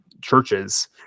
churches